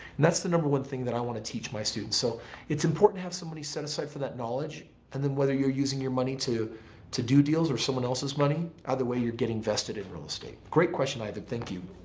that's the number one thing that i want to teach my students. so it's important to have somebody set aside for that knowledge and then whether you're using your money to to do deals or someone else's money, either way you're getting vested in real estate. great question. thank you.